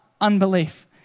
unbelief